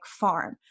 farm